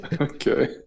Okay